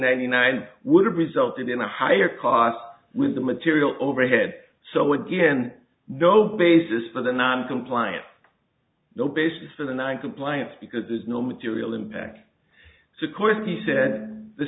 ninety nine would have resulted in a higher cost with the material overhead so again no basis for the noncompliance no basis for the noncompliance because there's no material impact to course he said the